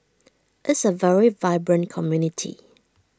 is A very vibrant community